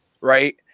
Right